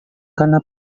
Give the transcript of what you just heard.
karena